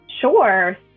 Sure